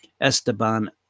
Esteban